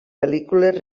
pel·lícules